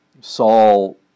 Saul